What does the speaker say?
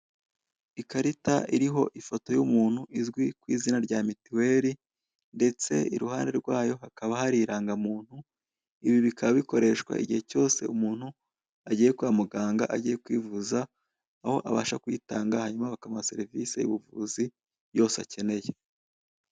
Ikarita iriho ifoto y'umuntu izwi ku izina rya mituweri, ndetse iruhande rwayo hakaba hari irangamuntu. Ibi bikaba bikoreshwa igihe cyose umuntu agiye kwa muganga agiye kwivuza, aho abasha kuyitanga hanyuma bakamuha serivise y'ubuvuzi yose akeneye.